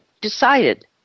decided